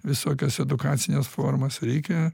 visokias edukacines formas reikia